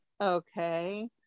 Okay